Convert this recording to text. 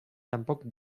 tampoc